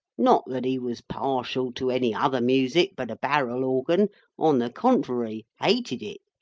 not that he was partial to any other music but a barrel-organ on the contrary, hated it.